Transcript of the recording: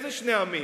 איזה שני עמים?